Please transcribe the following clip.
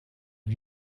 een